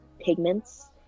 pigments